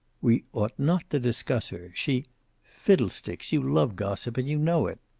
we ought not to discuss her. she fiddlesticks. you love gossip and you know it.